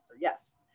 Yes